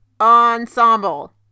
Ensemble